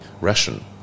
Russian